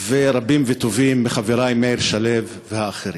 ורבים וטובים מחברי, מאיר שלו ואחרים.